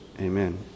amen